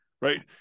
right